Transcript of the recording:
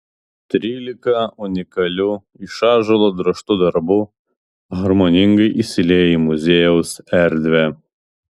trylika unikalių iš ąžuolo drožtų darbų harmoningai įsilieja į muziejaus erdvę